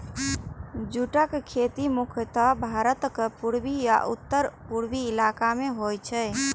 जूटक खेती मुख्यतः भारतक पूर्वी आ उत्तर पूर्वी इलाका मे होइ छै